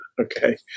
Okay